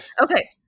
Okay